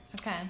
Okay